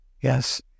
Yes